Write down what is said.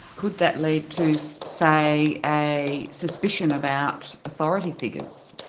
could that lead to so say a suspicion about authority figures?